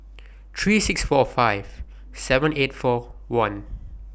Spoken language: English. three thousand six hundred and forty five seven thousand eight hundred and forty one